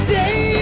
day